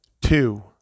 Two